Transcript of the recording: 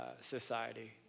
society